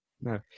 No